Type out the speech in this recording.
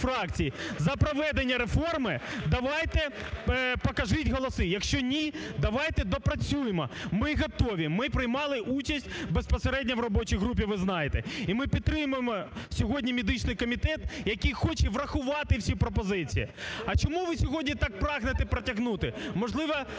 за проведення реформи, давайте, покажіть голоси. Якщо ні, давайте допрацюємо. Ми готові, ми приймали участь, безпосередньо, в робочій групі, ви знаєте, і ми підтримуємо сьогодні медичний комітет, який хоче врахувати всі пропозиції. А чому ви сьогодні так прагнете протягнути? Можливо,